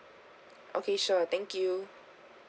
okay sure thank you